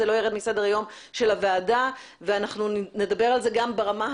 לא יירד מסדר היום של הוועדה ואנחנו נדבר על זה גם ברמת